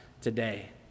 today